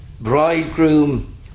bridegroom